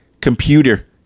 computer